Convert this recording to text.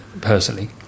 personally